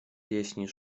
pieśni